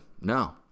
no